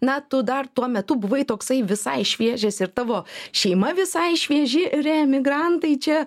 na tu dar tuo metu buvai toksai visai šviežias ir tavo šeima visai švieži reemigrantai čia